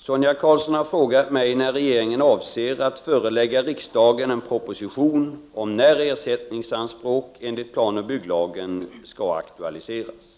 Sonia Karlsson har frågat mig när regeringen avser att förelägga riksdagen en proposition om när ersättningsanspråk enligt planoch bygglagen skall aktualiseras.